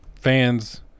fans